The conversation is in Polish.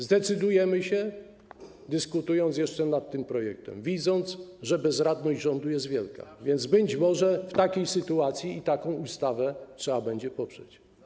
Zdecydujemy się, dyskutując jeszcze nad tym projektem, widząc, że bezradność rządu jest wielka, więc być może w takiej sytuacji i taką ustawę trzeba będzie poprzeć.